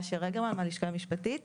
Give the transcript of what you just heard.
הלשכה המשפטית